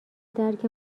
درک